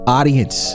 audience